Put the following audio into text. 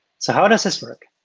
so how does this work?